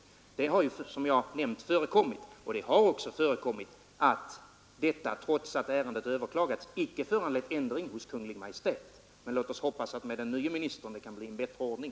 Det har också förekommit att detta, trots att ärendet överklagats, icke föranlett ändring hos Kungl. Maj:t. Men låt oss hoppas att det med det nya statsrådet kan bli en bättre ordning.